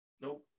Nope